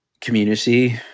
community